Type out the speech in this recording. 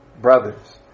brothers